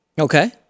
Okay